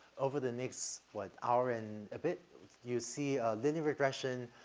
over the next, what, hour and a bit you'll see linear regression,